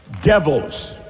Devils